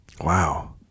Wow